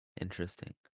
Interesting